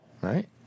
Right